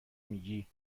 میگیی